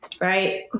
Right